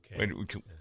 Okay